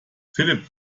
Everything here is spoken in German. philipp